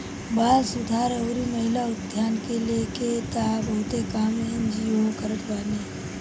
बाल सुधार अउरी महिला उत्थान के लेके तअ बहुते काम एन.जी.ओ करत बाने